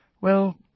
Well